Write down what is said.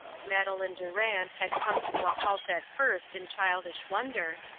madeleine durand had come to a halt at first in childish wonder,